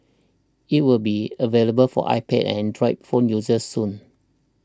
it will be available for iPad and Android phone users soon